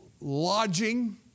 lodging